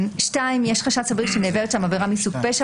יש חשד סביר שנעברת שם עבירה מסוג פשע